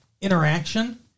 interaction